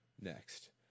next